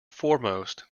foremost